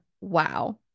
wow